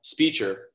speecher